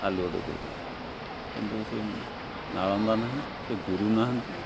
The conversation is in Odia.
ଆଲୁଅ ଦେଖାଉଥିଲା କିନ୍ତୁ ସେ ନାଳନ୍ଦା ନାହିଁ ସେ ଗୁରୁ ନାହାନ୍ତି